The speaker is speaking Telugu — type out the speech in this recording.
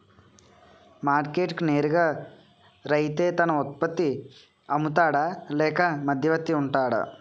మార్కెట్ కి నేరుగా రైతే తన ఉత్పత్తి నీ అమ్ముతాడ లేక మధ్యవర్తి వుంటాడా?